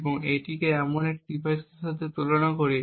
এবং এটিকে এমন একটি ডিভাইসের সাথে তুলনা করি